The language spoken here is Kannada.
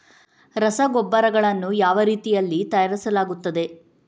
ರಸಗೊಬ್ಬರಗಳನ್ನು ಯಾವ ರೀತಿಯಲ್ಲಿ ತಯಾರಿಸಲಾಗುತ್ತದೆ?